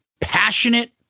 Passionate